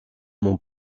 mon